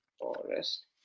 Forest